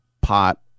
pot